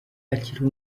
akiri